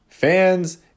fans